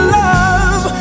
love